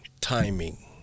timing